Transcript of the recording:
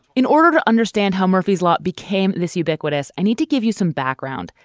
in order to understand how murphy's law became this ubiquitous. i need to give you some background.